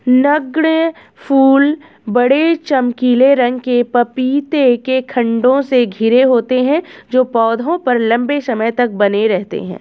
नगण्य फूल बड़े, चमकीले रंग के पपीते के खण्डों से घिरे होते हैं जो पौधे पर लंबे समय तक बने रहते हैं